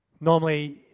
Normally